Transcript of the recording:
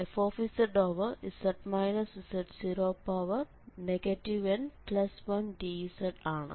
ഇവിടെ n ന്റെ മൂല്യം 1 ആണ്